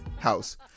house